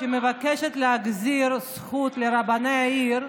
שמבקשת להחזיר את הזכות לבצע גיור לרבני העיר.